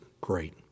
great